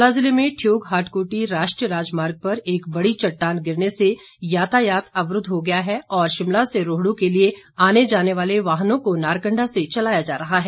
शिमला जिले में ठियोग हाटकोटी राष्ट्रीय राजमार्ग पर एक बड़ी चट्टान गिरने से यातायात अवरूद्व हो गया है और शिमला से रोहडू के लिए आने जाने वाले वाहनों को नारकण्डा से चलाया जा रहा है